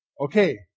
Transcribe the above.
Okay